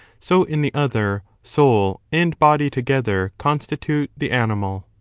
so in the other soul and body together constitute the animal.